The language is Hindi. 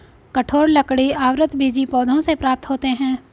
कठोर लकड़ी आवृतबीजी पौधों से प्राप्त होते हैं